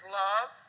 love